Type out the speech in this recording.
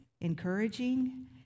encouraging